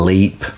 Leap